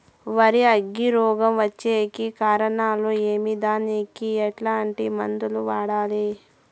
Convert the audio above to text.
వరి అగ్గి రోగం వచ్చేకి కారణాలు ఏమి దానికి ఎట్లాంటి మందులు వాడాలి?